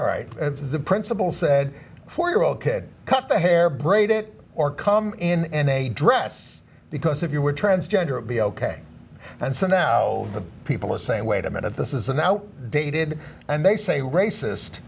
all right the principal said four year old kid cut the hair braided or come in in a dress because if you were transgender it be ok and so now the people are saying wait a minute this is an out dated and they say racist